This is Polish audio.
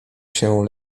się